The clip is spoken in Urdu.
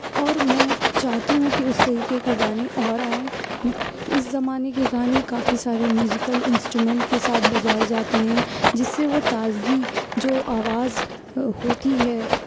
اور میں چاہتی ہوں کہ اس طریقے کے گانے اور آئیں اس زمانے کے گانے کافی سارے میوزیکل انسٹرومینٹ کے ساتھ بجائے جاتے ہیں جس سے وہ تازگی جو آواز ہوتی ہے